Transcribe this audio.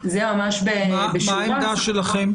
מה העמדה שלכם